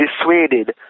dissuaded